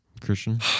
Christian